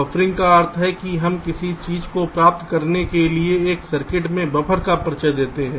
buffering का अर्थ है कि हम किसी चीज़ को प्राप्त करने के लिए एक सर्किट में बफ़र्स का परिचय देते हैं